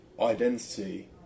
identity